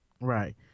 Right